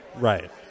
Right